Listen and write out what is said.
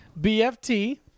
BFT